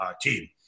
team